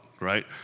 right